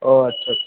ও আচ্ছা আচ্ছা